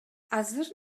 азыр